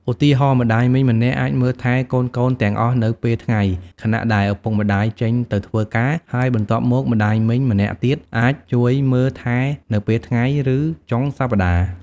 ឧទាហរណ៍ ម្ដាយមីងម្នាក់អាចមើលថែកូនៗទាំងអស់នៅពេលថ្ងៃ ខណៈដែលឪពុកម្ដាយចេញទៅធ្វើការ ហើយបន្ទាប់មកម្ដាយមីងម្នាក់ទៀតអាចជួយមើលថែនៅពេលល្ងាច ឬចុងសប្តាហ៍។